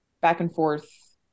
back-and-forth